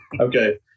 Okay